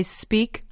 speak